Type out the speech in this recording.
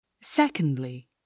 Secondly